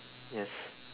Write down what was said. yes